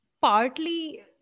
partly